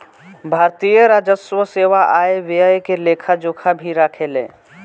भारतीय राजस्व सेवा आय व्यय के लेखा जोखा भी राखेले